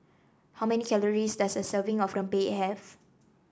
how many calories does a serving of rempeyek have